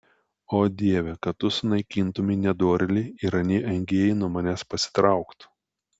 o dieve kad tu sunaikintumei nedorėlį ir anie engėjai nuo manęs pasitrauktų